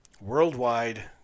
worldwide